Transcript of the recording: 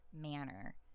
manner